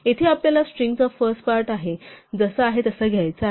येथे आपल्याला स्ट्रिंगचा फर्स्ट पार्ट जसा आहे तसा घ्यायचा आहे